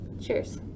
cheers